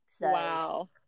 Wow